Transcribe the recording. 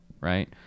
Right